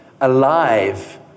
alive